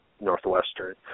Northwestern